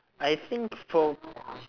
I think for